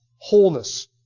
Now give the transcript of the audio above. wholeness